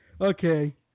Okay